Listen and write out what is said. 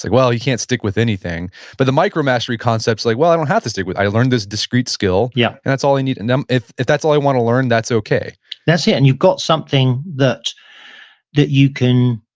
like well, you can't stick with anything. but the micromastery concept is, like well, i don't have to stick with, i learned this discrete skill yeah and that's all i need. and um if if that's all i want to learn that's okay that's it and you've got something that that you can,